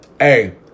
Hey